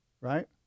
Right